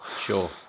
Sure